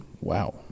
wow